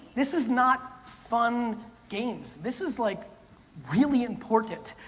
this is not fun games this is like really important,